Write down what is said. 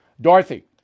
Dorothy